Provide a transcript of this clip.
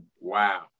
Wow